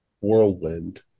whirlwind